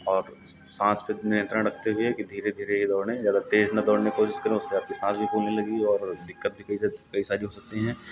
और साँस पर नियंत्रण रखते हुए कि धीरे धीरे ही दौड़ें ज़्यादा तेज़ ना दौड़ने की कोशिश करें उससे आपकी साँस भी फूलने लगेगी और दिक्कत भी कई कई सारी हो सकती हैं